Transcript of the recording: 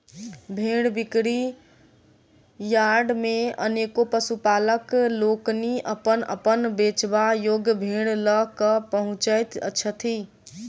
भेंड़ बिक्री यार्ड मे अनेको पशुपालक लोकनि अपन अपन बेचबा योग्य भेंड़ ल क पहुँचैत छथि